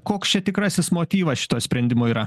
koks čia tikrasis motyvas šito sprendimo yra